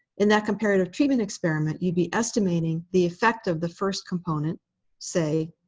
in that comparative treatment experiment, you'd be estimating the effect of the first component say,